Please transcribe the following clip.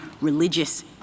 religious